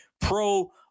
pro